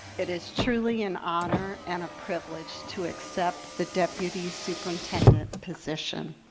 it is truly an honor and a privilege to accept the deputy superintendent position.